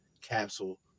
Capsule